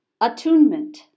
attunement